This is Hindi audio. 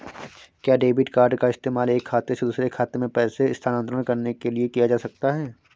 क्या डेबिट कार्ड का इस्तेमाल एक खाते से दूसरे खाते में पैसे स्थानांतरण करने के लिए किया जा सकता है?